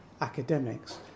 academics